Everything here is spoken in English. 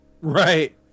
Right